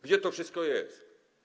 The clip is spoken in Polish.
Gdzie to wszystko jest?